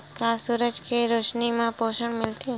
का सूरज के रोशनी म पोषण मिलथे?